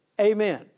amen